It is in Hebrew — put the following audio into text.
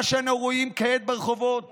מה שאנו רואים כעת ברחובות